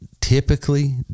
typically